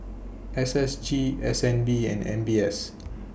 S S G S N B and M B S